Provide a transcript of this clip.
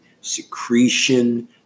secretion